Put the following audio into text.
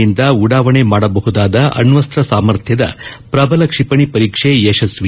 ಜಲಾಂತರ್ಗಾಮಿಯಿಂದ ಉಡಾವಣೆ ಮಾಡಬಹುದಾದ ಅಣ್ಣಸ್ತ್ರ ಸಾಮರ್ಥ್ಯದ ಪ್ರಬಲ ಕ್ಷಿಪಣಿ ಪರೀಕ್ಷೆ ಯಶಸ್ಸಿ